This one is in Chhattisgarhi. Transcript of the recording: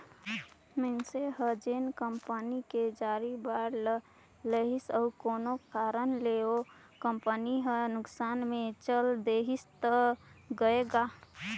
मइनसे हर जेन कंपनी के जारी बांड ल लेहिसे अउ कोनो कारन ले ओ कंपनी हर नुकसान मे चल देहि त गय गा